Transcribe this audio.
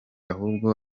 ahubwo